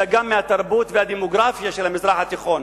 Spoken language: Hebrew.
אלא גם מהתרבות והדמוגרפיה של המזרח התיכון.